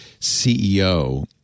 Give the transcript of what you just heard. CEO